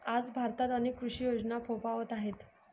आज भारतात अनेक कृषी योजना फोफावत आहेत